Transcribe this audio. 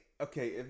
okay